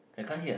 I can't hear